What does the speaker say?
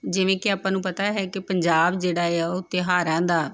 ਜਿਵੇਂ ਕਿ ਆਪਾਂ ਨੂੰ ਪਤਾ ਹੈ ਕਿ ਪੰਜਾਬ ਜਿਹੜਾ ਹੈ ਉਹ ਤਿਉਹਾਰਾਂ ਦਾ